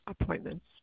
appointments